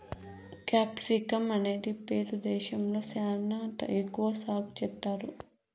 capsicum అనేది Peru దేశంలో శ్యానా ఎక్కువ సాగు చేత్తారు